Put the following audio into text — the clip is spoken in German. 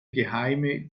geheime